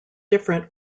different